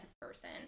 person